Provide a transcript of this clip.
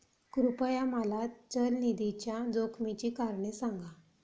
कृपया मला चल निधीच्या जोखमीची कारणे सांगा